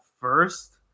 first